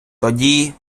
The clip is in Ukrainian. тоді